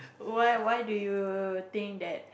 why why do you think that